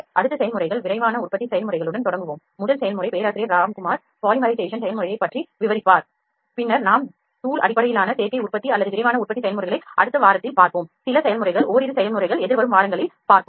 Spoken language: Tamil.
அடுத்து செயல்முறைகள் விரைவான உற்பத்தி செயல்முறைகளுடன் தொடங்குவோம் முதல் செயல்முறை பேராசிரியர் ராம்குமார் பாலிமரைசேஷன் செயல்முறையைப் பற்றி விவரிப்பார் பின்னர் நாம் தூள் அடிப்படையிலான சேர்க்கை உற்பத்தி அல்லது விரைவான உற்பத்தி செயல்முறைகளை அடுத்த வாரத்தில் பார்ப்போம் சில செயல்முறைகள் ஓரிரு செயல்முறைகள் எதிர்வரும் வாரங்களில் பார்ப்போம்